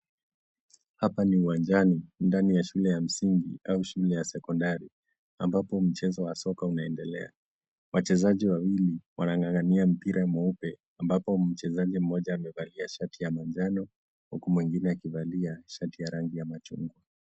Hapa ni uwanjani ndani ya shule ya msingi, au shule ya sekondari, ambapo mchezo wa soka unaendelea. Wachezaji wawili wanang'ang'ania mpira mweupe, ambapo mchezaji mmoja amevalia shati ya manjano, huku mwengine akivalia shati ya rangi ya machungwa.